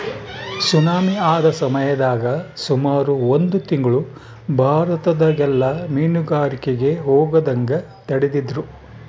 tsunami ಆದ ಸಮಯದಾಗ ಸುಮಾರು ಒಂದು ತಿಂಗ್ಳು ಭಾರತದಗೆಲ್ಲ ಮೀನುಗಾರಿಕೆಗೆ ಹೋಗದಂಗ ತಡೆದಿದ್ರು